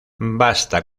basta